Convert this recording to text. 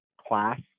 class